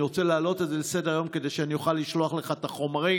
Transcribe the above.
אני רוצה להעלות את זה לסדר-היום כדי שאני אוכל לשלוח לך את החומרים.